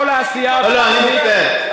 לא לא, אני מצטער.